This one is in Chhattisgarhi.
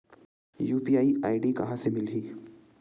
यू.पी.आई आई.डी कहां ले मिलही?